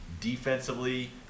defensively